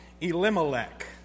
Elimelech